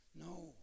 No